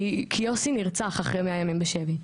יוסי נרצח אחרי 100 ימים בשבי,